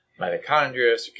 mitochondria